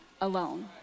alone